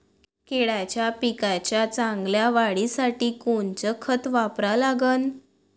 केळाच्या पिकाच्या चांगल्या वाढीसाठी कोनचं खत वापरा लागन?